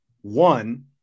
one –